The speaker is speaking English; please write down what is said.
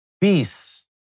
Peace